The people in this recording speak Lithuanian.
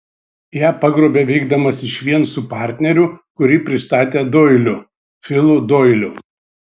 ją pagrobė veikdamas išvien su partneriu kurį pristatė doiliu filu doiliu